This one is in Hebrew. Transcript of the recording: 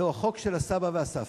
זה החוק של הסבא והסבתא,